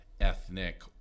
ethnic